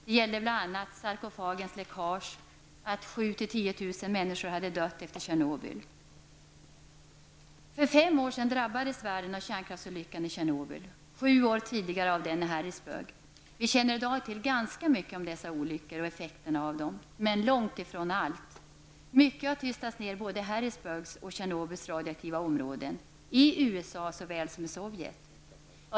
Det gällde bl.a. sarkofagens läckage, att 7 000--10 000 människor hade dött efter Tjernobyl, m.m. För fem år sedan drabbades världen av kärnkraftsolyckan i Tjernobyl, sju år tidigare av den i Harrisburg. Vi känner i dag till ganska mycket om dessa olyckor och effekterna av dem, men långt ifrån allt. Mycket har tystats ned både i Harrisburgs och i Tjernobyls radioaktiva områden, i USA såväl som i Sovjet!